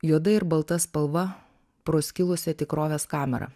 juoda ir balta spalva pro skilusią tikrovės kamerą